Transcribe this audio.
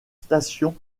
stations